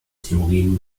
theorem